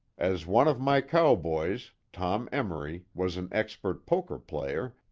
as one of my cowboys, tom emory, was an expert poker player,